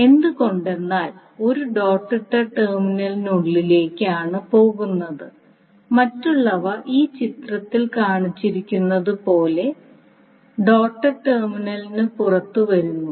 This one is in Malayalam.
എന്തു കൊണ്ടെന്നാൽ 1 ഡോട്ട് ഇട്ട ടെർമിനലിനുള്ളിലേക്ക് ആണ് പോകുന്നത് മറ്റുള്ളവ ഈ ചിത്രത്തിൽ കാണിച്ചിരിക്കുന്നതുപോലെ ഡോട്ട്ഡ് ടെർമിനലിന് പുറത്ത് വരുന്നു